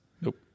Nope